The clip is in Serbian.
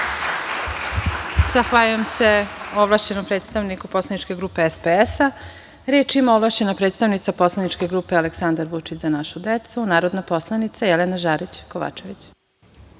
Zahvaljujem se ovlašćenom predstavniku Poslaničke grupe SPS.Reč ima ovlašćena predstavnica Poslaničke grupe Aleksandar Vučić – Za našu decu, narodna poslanica Jelena Žarić Kovačević.